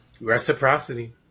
reciprocity